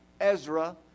Ezra